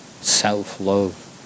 self-love